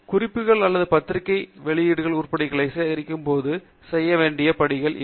எனவே குறிப்புகள் அல்லது பத்திரிகை வெளியீட்டு உருப்படிகளை சேகரிக்கும் போது செய்ய வேண்டிய படிகள் இவை